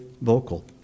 vocal